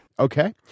Okay